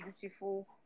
beautiful